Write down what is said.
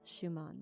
Schumann